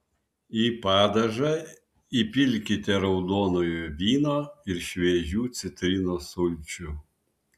į padažą įpilkite raudonojo vyno ir šviežių citrinos sulčių